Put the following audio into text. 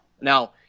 now